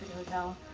hotel.